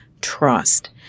trust